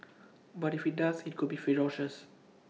but if IT does IT could be ferocious